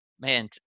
man